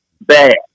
bad